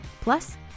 Plus